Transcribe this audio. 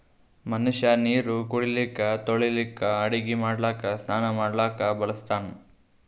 ಮನಷ್ಯಾ ನೀರು ಕುಡಿಲಿಕ್ಕ ತೊಳಿಲಿಕ್ಕ ಅಡಗಿ ಮಾಡ್ಲಕ್ಕ ಸ್ನಾನಾ ಮಾಡ್ಲಕ್ಕ ಬಳಸ್ತಾನ್